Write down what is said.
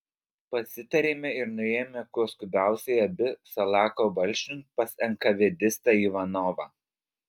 pasitarėme ir nuėjome kuo skubiausiai abi salako valsčiun pas enkavedistą ivanovą